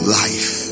life